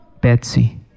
Betsy